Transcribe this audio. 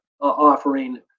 offering